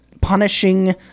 punishing